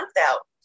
out